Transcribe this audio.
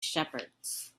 shepherds